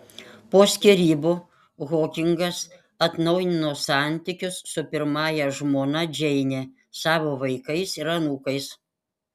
po skyrybų hokingas atnaujino santykius su pirmąja žmona džeine savo vaikais ir anūkais